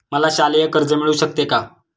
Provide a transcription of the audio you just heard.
मला शालेय कर्ज मिळू शकते का?